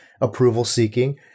approval-seeking